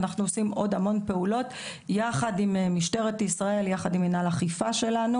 אנחנו עושים עוד המון פעולות יחד עם משטרת ישראל ומנהל האכיפה שלנו.